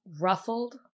ruffled